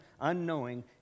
unknowing